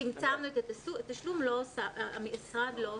צמצמנו את התשלום, המשרד לא הוסיף.